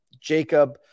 Jacob